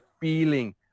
feeling